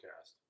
cast